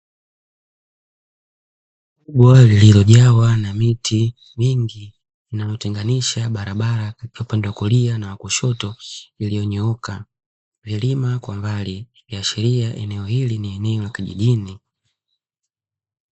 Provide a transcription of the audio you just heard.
Bwawa lililojawa na miti mingi inayotenganisha barabara upande wa kulia na wa kushoto iliyonyooka, vilima kwa mbali ya ikiashiria eneo hili ni eneo la kijijini.